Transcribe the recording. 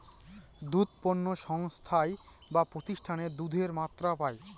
দুধ পণ্য সংস্থায় বা প্রতিষ্ঠানে দুধের মাত্রা পায়